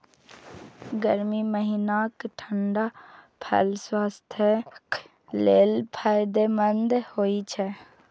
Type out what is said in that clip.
गर्मी महीनाक ठंढा फल स्वास्थ्यक लेल फायदेमंद होइ छै